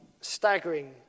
staggering